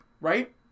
right